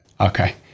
Okay